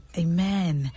amen